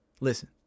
listen